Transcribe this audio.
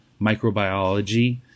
microbiology